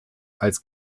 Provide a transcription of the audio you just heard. als